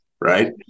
right